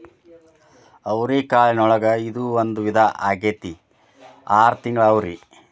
ಅವ್ರಿಕಾಳಿನೊಳಗ ಇದು ಒಂದ ವಿಧಾ ಆಗೆತ್ತಿ ಆರ ತಿಂಗಳ ಅವ್ರಿ